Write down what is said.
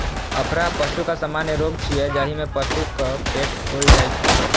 अफरा पशुक सामान्य रोग छियै, जाहि मे पशुक पेट फूलि जाइ छै